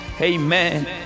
Amen